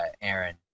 Aaron